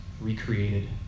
recreated